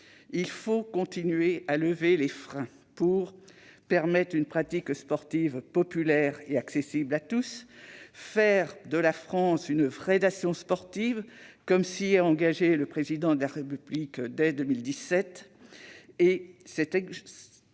il faut continuer à lever les freins pour permettre une pratique sportive populaire et accessible à tous, mais aussi faire de la France une véritable nation sportive, comme le Président de la République s'y